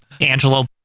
Angelo